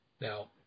Now